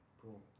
Cool